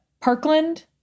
Parkland